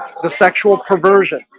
the sexual perversion